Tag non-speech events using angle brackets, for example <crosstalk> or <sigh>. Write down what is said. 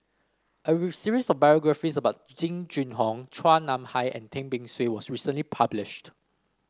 a <unintelligible> series of biographies about Jing Jun Hong Chua Nam Hai and Tan Beng Swee was recently published